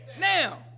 Now